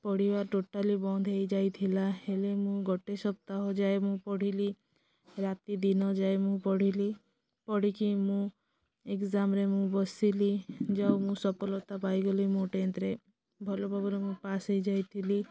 ପଢ଼ିବା ଟୋଟାଲି ବନ୍ଦ ହେଇଯାଇଥିଲା ହେଲେ ମୁଁ ଗୋଟେ ସପ୍ତାହ ଯାଏ ମୁଁ ପଢ଼ିଲି ରାତି ଦିନ ଯାଏ ମୁଁ ପଢ଼ିଲି ପଢ଼ିକି ମୁଁ ଏଗ୍ଜାମ୍ରେ ମୁଁ ବସିଲି ଯେଉଁ ମୁଁ ସଫଳତା ପାଇଗଲି ମଁ ଟେନ୍ଥରେ ଭଲ ଭାବରେ ମୁଁ ପାସ୍ ହେଇଯାଇଥିଲି